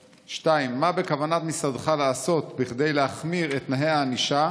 2. מה בכוונת משרדך לעשות בכדי להחמיר את תנאי הענישה,